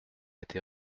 été